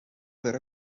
vero